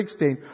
16